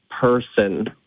person